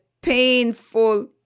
painful